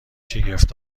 شگفت